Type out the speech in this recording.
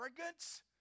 arrogance